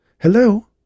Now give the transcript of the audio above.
Hello